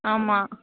ஆமாம்